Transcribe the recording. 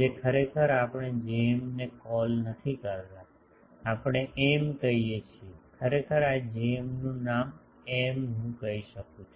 જે ખરેખર આપણે Jm ને કોલ નથી કરતા આપણે M કહીએ છીએ ખરેખર આ Jm નું નામ M હું કહી શકું છું